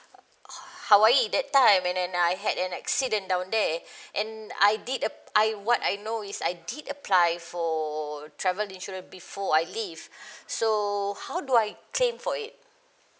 hawaii that time and then I had an accident down there and I did a I what I know is I did apply for travel insurance before I leave so how do I claim for it